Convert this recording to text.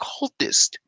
cultist